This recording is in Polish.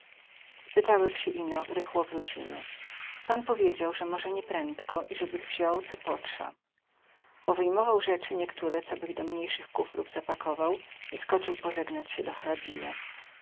powiedział spytałech sie ino rychło wrócimy pan powiedział ze moze nieprędko i zebych wziął co potrza powyjmował rzecy niektore co bych do mniejsych kufrów zapakował i skocył pozegnać sie do hrabine